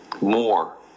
more